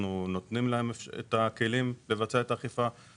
אנחנו נותנים להם את הכלים לבצע את האכיפה,